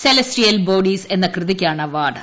celestial bodies എന്ന കൃതിക്കാണ് award